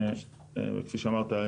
כפי שאמרת,